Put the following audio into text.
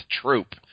troop